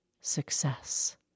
success